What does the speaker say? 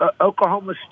Oklahoma